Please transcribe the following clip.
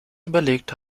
überlegt